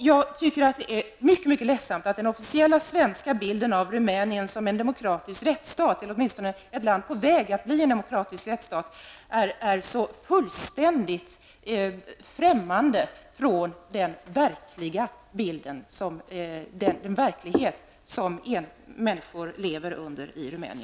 Jag tycker att det är mycket ledsamt att den officiella svenska bilden av Rumänien som en rättsstat, eller åtminstone ett land på väg att bli en demokratisk rättsstat, är så fullständigt skild från den verklighet som människor lever under i